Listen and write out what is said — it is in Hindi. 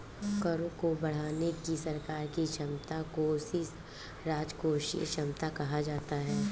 करों को बढ़ाने की सरकार की क्षमता को उसकी राजकोषीय क्षमता कहा जाता है